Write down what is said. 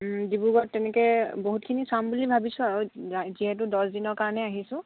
ডিব্ৰুগড় তেনেকে বহুতখিনি চাম বুলি ভাবিছোঁ আৰু যিহেতু দহদিনৰ কাৰণে আহিছোঁ